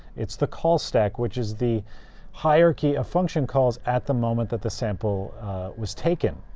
it's the call stack, which is the hierarchy of function calls at the moment that the sample was taken.